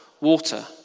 water